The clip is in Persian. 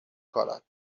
کارات